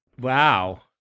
wow